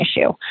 issue